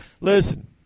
listen